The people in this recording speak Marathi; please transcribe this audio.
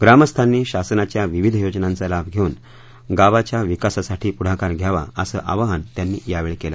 ग्रामस्थांनी शासनाच्या विविध योजनांचा लाभ घेऊन गावाच्या विकासासाठी पुढाकार घ्यावा असं आवाहन त्यांनी यावेळी केलं